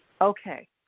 Okay